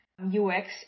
UX